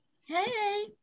Hey